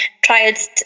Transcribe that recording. trials